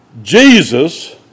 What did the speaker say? Jesus